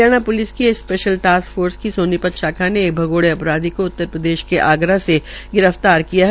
Haryana police ने special task force की सोनीपत शाखा ने एक भगोड़े अपराधी को उत्तरप्रदेश के आगरा से गिरफ्तार किया है